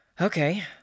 Okay